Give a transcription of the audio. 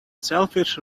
selfish